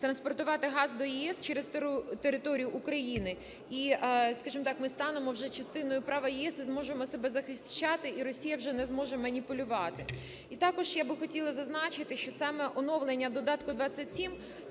транспортувати газ до ЄС через територію України. І, скажімо так, ми станемо вже частиною права ЄС і зможемо себе захищати, і Росія вже не зможе маніпулювати. І також я б хотіла зазначити, що саме оновлення Додатку 27 -